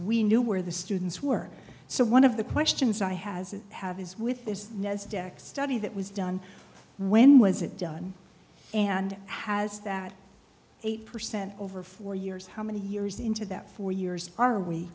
we knew where the students were so one of the questions i has is have is with this nasdaq study that was done when was it done and has that eight percent over four years how many years into that four years are we